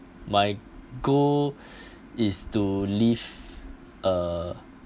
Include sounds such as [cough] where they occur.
my goal [breath] is to live a